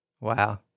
Wow